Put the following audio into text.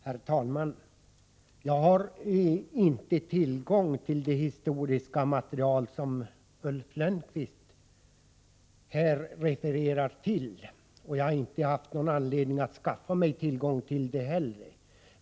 Herr talman! Jag har inte tillgång till det historiska material som Ulf Lönnqvist berör, och jag har inte haft anledning att skaffa det heller.